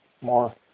more